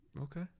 Okay